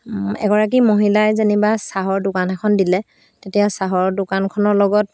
এগৰাকী মহিলাই যেনিবা চাহৰ দোকান এখন দিলে তেতিয়া চাহৰ দোকানখনৰ লগত